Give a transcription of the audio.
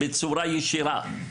בצורה ישירה.